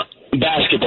Basketball